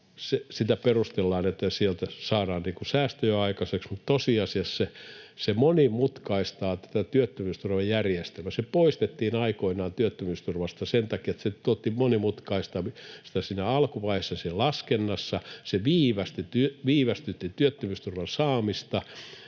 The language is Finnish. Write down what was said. perustellaan niin, että sieltä saadaan säästöjä aikaiseksi, mutta tosiasiassa se monimutkaistaa tätä työttömyysturvajärjestelmää. Se poistettiin aikoinaan työttömyysturvasta sen takia, että se monimutkaisti sitä siinä alkuvaiheessa siinä laskennassa, se viivästytti työttömyysturvan saamista,